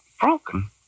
broken